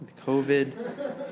COVID